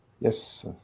Yes